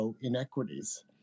inequities